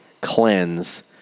cleanse